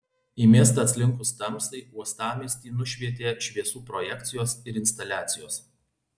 į miestą atslinkus tamsai uostamiestį nušvietė šviesų projekcijos ir instaliacijos